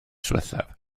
ddiwethaf